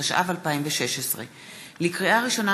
התשע"ו 2016. לקריאה ראשונה,